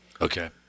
Okay